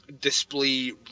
display